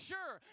Sure